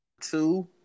two